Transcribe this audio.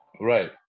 Right